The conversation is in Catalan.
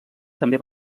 també